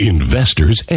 Investors